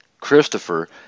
Christopher